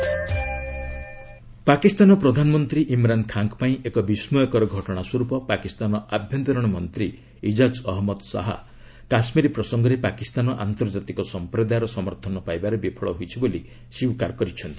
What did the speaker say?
Pakistan minister Pakistan ପ୍ରଧାନମନ୍ତ୍ରୀ ଇମ୍ରାନ ଖାଁଙ୍କ ପାଇଁ ଏକ ବିସ୍ମୟକର ଘଟଣାସ୍ୱରୂପ ପାକିସ୍ତାନ ଆଭ୍ୟନ୍ତରୀଣ ମନ୍ତ୍ରୀ ଇଜାଜ ଅହମ୍ମଦ ଶାହା କାଶ୍ମୀର ପ୍ରସଙ୍ଗରେ ପାକିସ୍ତାନ ଆନ୍ତର୍ଜାତିକ ସଂପ୍ରଦାୟର ସମର୍ଥନ ପାଇବାରେ ବିଫଳ ହୋଇଛି ବୋଲି ସ୍ୱୀକାର କରିଛନ୍ତି